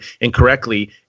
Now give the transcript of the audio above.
incorrectly